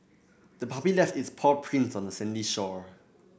the puppy left its paw prints on the sandy shore